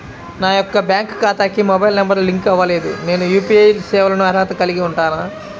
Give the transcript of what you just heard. నా యొక్క బ్యాంక్ ఖాతాకి మొబైల్ నంబర్ లింక్ అవ్వలేదు నేను యూ.పీ.ఐ సేవలకు అర్హత కలిగి ఉంటానా?